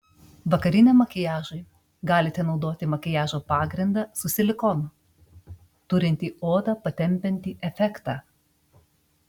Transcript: vakariniam makiažui galite naudoti makiažo pagrindą su silikonu turintį odą patempiantį efektą